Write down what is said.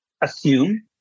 assume